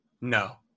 No